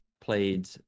played